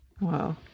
Wow